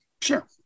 Sure